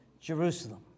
Jerusalem